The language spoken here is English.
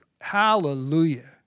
hallelujah